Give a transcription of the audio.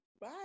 Bye